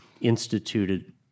instituted